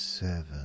seven